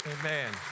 amen